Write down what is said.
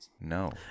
No